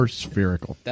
spherical